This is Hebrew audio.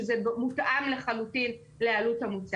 הרבה יותר דרמטי מאשר בנאדם בגיל שלי לצורך העניין שלא יהיה לו מקרר.